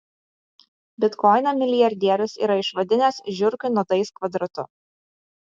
bitkoiną milijardierius yra išvadinęs žiurkių nuodais kvadratu